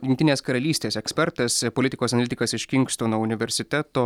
jungtinės karalystės ekspertas politikos analitikas iš kingstono universiteto